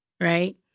right